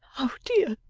oh dear